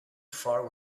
far